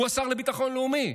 הוא השר לביטחון לאומי,